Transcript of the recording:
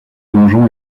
donjon